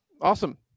Awesome